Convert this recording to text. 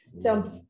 So-